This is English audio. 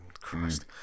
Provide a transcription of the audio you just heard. Christ